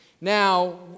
Now